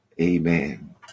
Amen